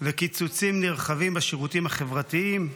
וקיצוצים נרחבים בשירותים החברתיים.